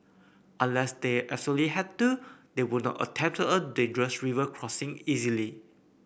unless they absolutely had to they would not attempt a dangerous river crossing easily